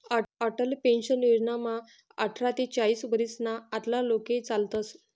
Atal pension योजनामा आठरा ते चाईस वरीसना आतला लोके चालतस